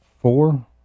four